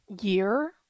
year